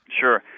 Sure